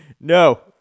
No